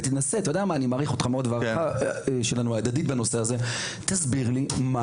ואתה יודע שאני מעריך אותך מאוד לכן אשמח אם תנסה להסביר לי מה